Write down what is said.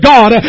God